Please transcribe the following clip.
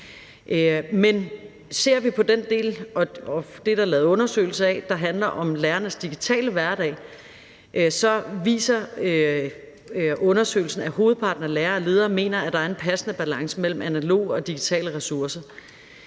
Men ser vi på den del – det er der lavet en undersøgelse af – der handler om lærernes digitale hverdag, viser undersøgelsen, at hovedparten af lærere og ledere mener, at der er en passende balance mellem analoge og digitale ressourcer.